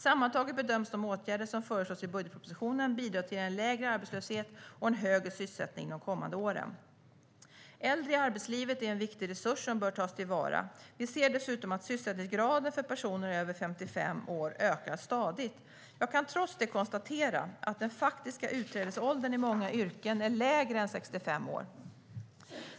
Sammantaget bedöms de åtgärder som föreslås i budgetpropositionen bidra till en lägre arbetslöshet och en högre sysselsättning de kommande åren. Äldre i arbetslivet är en viktig resurs som bör tas till vara. Vi ser dessutom att sysselsättningsgraden för personer över 55 år ökar stadigt. Jag kan trots det konstatera att den faktiska utträdesåldern i många yrken är lägre än 65 år.